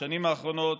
בשנים האחרונות,